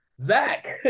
Zach